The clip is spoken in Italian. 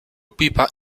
pipa